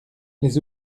les